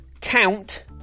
count